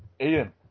Ian